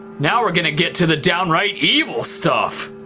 now we're gonna get to the downright evil stuff!